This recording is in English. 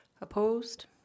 opposed